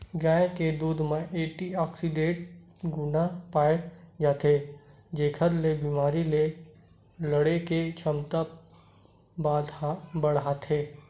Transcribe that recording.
गाय के दूद म एंटीऑक्सीडेंट गुन पाए जाथे जेखर ले बेमारी ले लड़े के छमता बाड़थे